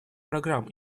программ